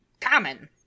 common